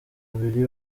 babiri